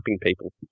people